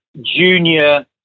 junior